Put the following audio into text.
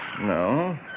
No